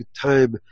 time